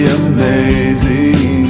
amazing